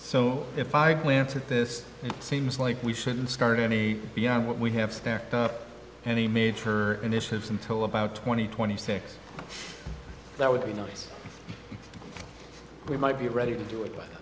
so if i glance at this and seems like we shouldn't start any beyond what we have stacked up any major initiatives until about twenty twenty six that would be nice we might be ready to do it with